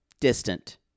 distant